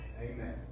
Amen